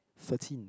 thirteen